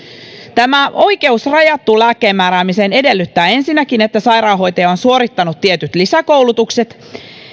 tämä oikeus rajattuun lääkkeenmääräämiseen edellyttää ensinnäkin että sairaanhoitaja on suorittanut tietyt lisäkoulutukset